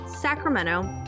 sacramento